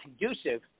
conducive